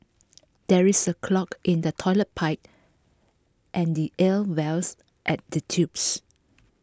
there is A clog in the Toilet Pipe and the air Vales at the tubes